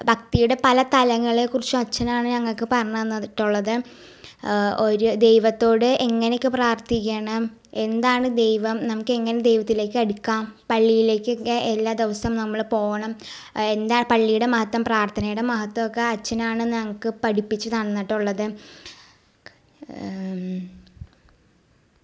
ഭക്തിയുടെ പല തലങ്ങളേക്കുറിച്ചും അച്ചനാണ് ഞങ്ങൾക്ക് പറഞ്ഞ് തന്നിട്ടുള്ളത് ഒരു ദൈവത്തോട് എങ്ങനക്കെ പ്രാർത്ഥിക്കണം എന്താണ് ദൈവം നമുക്ക് എങ്ങനെ ദൈവത്തിലേക്കടുക്കാം പള്ളീലേക്കക്കെ എല്ലാ ദിവസം നമ്മൾ പോകണം എന്താ പള്ളീടെ മഹത്ത്വം പ്രാർഥനേടെ മഹത്വമൊക്കെ അച്ചനാണ് ഞങ്ങൾക്ക് പഠിപ്പിച്ച് തന്നിട്ടുള്ളത്